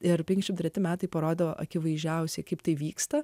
ir penkiasdešimt treti metai parodo akivaizdžiausiai kaip tai vyksta